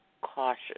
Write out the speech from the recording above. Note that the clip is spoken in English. cautious